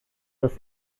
was